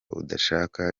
udashaka